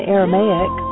Aramaic